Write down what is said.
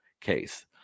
case